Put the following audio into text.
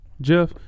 Jeff